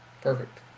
Perfect